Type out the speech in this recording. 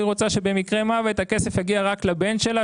והיא רוצה שבמקרה מוות הכסף יגיע רק לבן שלה,